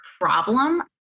problem